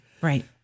right